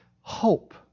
hope